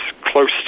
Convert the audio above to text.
close